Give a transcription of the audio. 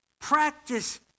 Practice